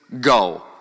go